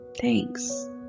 Thanks